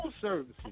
services